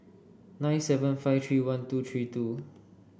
nine seven five three one two three two